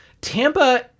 Tampa